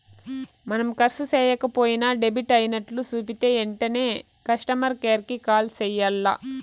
మనం కర్సు సేయక పోయినా డెబిట్ అయినట్లు సూపితే ఎంటనే కస్టమర్ కేర్ కి కాల్ సెయ్యాల్ల